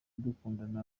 dukundana